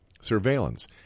surveillance